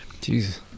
Jesus